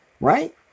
Right